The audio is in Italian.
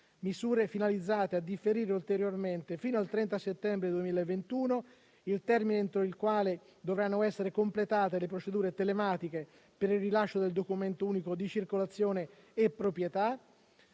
misure finalizzate a differire ulteriormente, fino al 30 settembre 2021, il termine entro il quale dovranno essere completate le procedure telematiche per il rilascio del documento unico di circolazione e proprietà;